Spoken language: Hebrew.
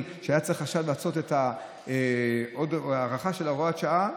והיה עכשיו צריך לעשות עוד הארכה של הוראת השעה.